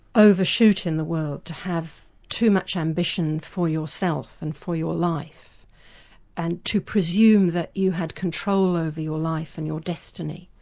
overshoot in the world, to have too much ambition for yourself and for your life and to presume that you had control over your life and your destiny.